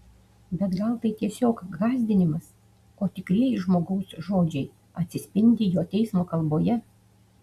bet gal tai tiesiog gąsdinimas o tikrieji žmogaus žodžiai atsispindi jo teismo kalboje